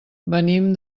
venim